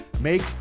Make